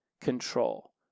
control